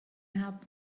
help